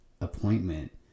appointment